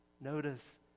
Notice